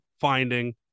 finding